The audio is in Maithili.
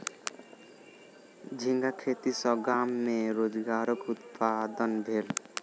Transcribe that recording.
झींगा खेती सॅ गाम में रोजगारक उत्पादन भेल